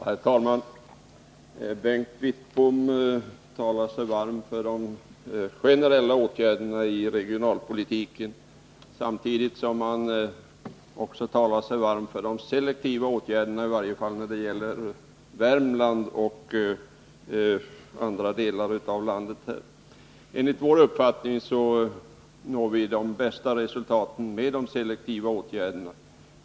Herr talman! Bengt Wittbom talar sig varm för de generella åtgärderna i regionalpolitiken men också för de selektiva åtgärderna, i varje fall när det gäller Värmland och vissa andra delar av landet. Enligt vår uppfattning når vi de bästa resultaten med de selektiva åtgärderna.